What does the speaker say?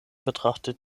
betrachtet